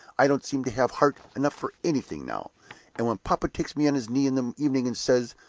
i don't seem to have heart enough for anything now and when papa takes me on his knee in the evening, and says,